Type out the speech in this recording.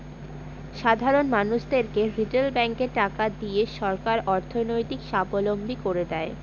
সাধারন মানুষদেরকে রিটেল ব্যাঙ্কে টাকা দিয়ে সরকার অর্থনৈতিক সাবলম্বী করে দেয়